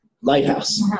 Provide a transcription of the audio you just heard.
lighthouse